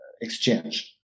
exchange